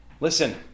listen